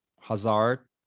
Hazard